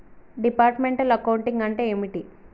Departmental accounting అంటే ఏమిటి?